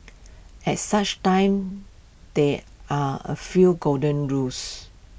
at such times there are A few golden rules